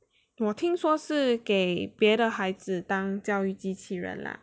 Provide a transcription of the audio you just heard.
我听说是给别的孩子当教育机器人 lah